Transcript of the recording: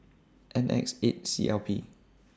N X eight C L P